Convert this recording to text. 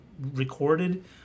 recorded